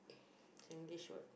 Singlish word